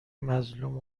مظلوم